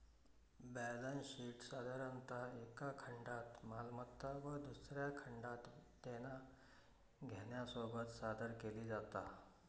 balance शीटसाधारणतः एका खंडात मालमत्ता व दुसऱ्या खंडात देना घेण्यासोबत सादर केली जाता